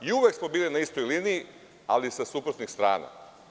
Uvek smo bili na istoj liniji, ali sa suprotnih strana.